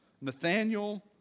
Nathaniel